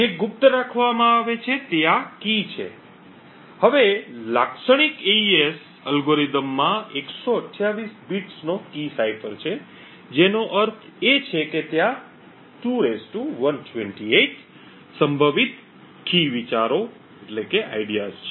જે ગુપ્ત રાખવામાં આવે છે તે આ કી છે હવે લાક્ષણિક એઇએસ અલ્ગોરિધમમાં 128 બિટ્સનો કી સાઇફર છે જેનો અર્થ છે કે ત્યાં 2 128 સંભવિત કી વિચારો છે